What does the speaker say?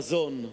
מזון,